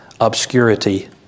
obscurity